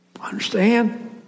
Understand